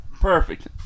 Perfect